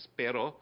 pero